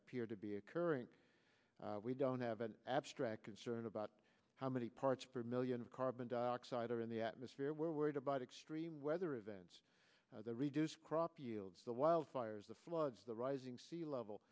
appear to be occurring we don't have an abstract concern about how many parts per million of carbon dioxide are in the atmosphere we're worried about extreme weather events the reduced crop yields the wildfires the floods the rising sea level